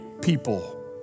people